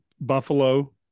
Buffalo